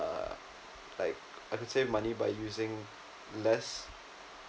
like I could save money by using less